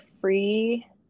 free